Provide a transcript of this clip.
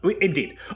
indeed